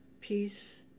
peace